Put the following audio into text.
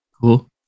Cool